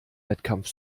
wettkampf